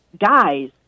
guys